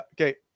Okay